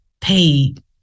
paid